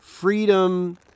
freedom